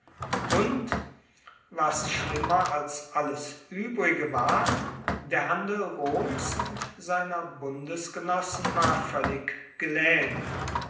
und was schlimmer als alles uebrige war der handel roms und seiner bundesgenossen war voellig gelaehmt